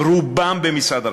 רובם במשרד הרווחה.